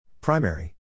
Primary